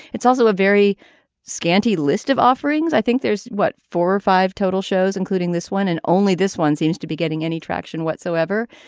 it's also a very scanty list of offerings i think there's what four or five total shows including this one and only this one seems to be getting any traction whatsoever.